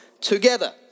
together